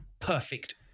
perfect